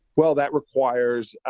well, that requires,